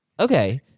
Okay